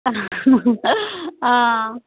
অঁ